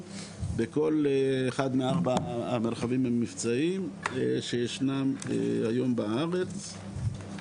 בכל אחד מארבעת המרחבים המבצעיים שישנם היום בארץ.